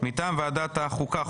מטעם ועדת החוקה,